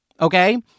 Okay